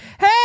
hey